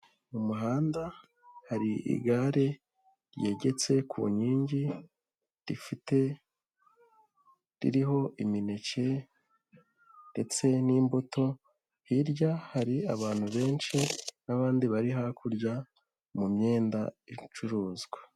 Mu muhanda hari igare ryegetse ku nkingi rifite ririho imineke ndetse n'imbuto, hirya hari abantu benshi n'abandi bari hakurya mu myenda iri gucuruzwa.